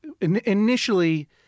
initially